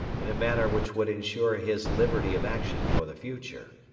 in a manner which would ensure his liberty of action for the future.